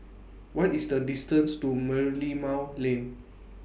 What IS The distance to Merlimau Lane